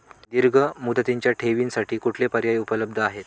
दीर्घ मुदतीच्या ठेवींसाठी कुठले पर्याय उपलब्ध आहेत?